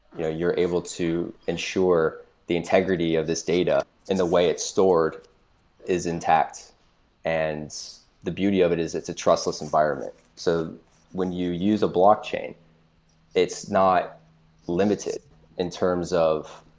you know you're able to ensure the integrity of this data in the way it stored is in tacked. and the beauty of it is it's a trust-less environment. so when you use a blockchain, it's not limited in terms of,